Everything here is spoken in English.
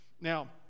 Now